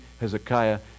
Hezekiah